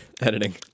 editing